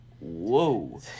whoa